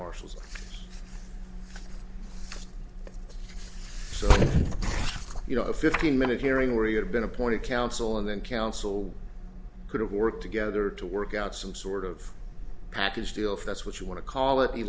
marshals so you know a fifteen minute hearing where he had been appointed counsel and then counsel could have worked together to work out some sort of package deal if that's what you want to call it the